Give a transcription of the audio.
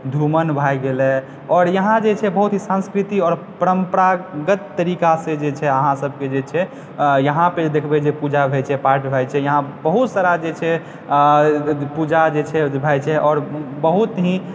धुमन भऽ गेलै आओर यहाँ जे छै बहुत ही संस्कृति आओर परम्परागत तरिकासँ जे छै अहाँसबके जे छै यहाँपर जे देखबै जे छै पूजा होइ छै पाठ होइ छै यहाँ बहुत सारा जे छै आओर पूजा जे छै होइ छै आओर बहुत ही